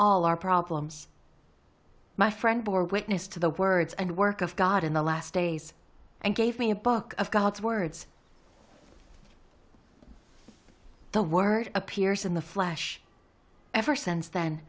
all our problems my friend bore witness to the words and work of god in the last days and gave me a book of god's words the word appears in the flash ever since then